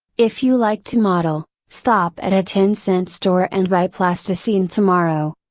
if you like to model, stop at a ten cent store and buy plasticine tomorrow.